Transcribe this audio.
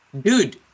Dude